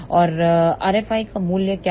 और rFiका मूल्य क्या है